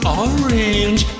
orange